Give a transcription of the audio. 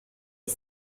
est